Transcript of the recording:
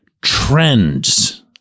trends